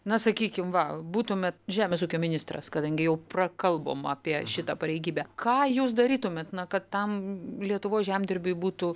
na sakykim va būtumėt žemės ūkio ministras kadangi jau prakalbom apie šitą pareigybę ką jūs darytumėt na kad tam lietuvos žemdirbiui būtų